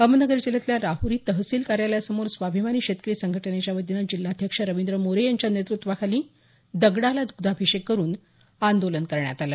अहमदनगर जिल्ह्यातल्या राहूरी तहसील कार्यालयासमोर स्वाभिमानी शेतकरी संघटनेच्यावतीनं जिल्हाध्यक्ष रविंद्र मोरे यांच्या नेतृत्वाखाली दगडला द्ग्धभिषेक करून आंदोलन करण्यात आलं